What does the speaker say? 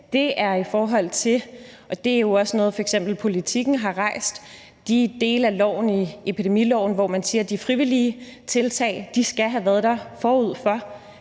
ting er i forhold til – og det er jo også noget, f.eks. Politiken har rejst – de dele af epidemiloven, hvor man siger, at de frivillige tiltag skal have været der forud.